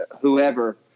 whoever—